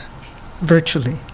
virtually